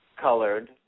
colored